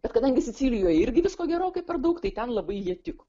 bet kadangi sicilijoj irgi visko gerokai per daug tai ten labai jie tiko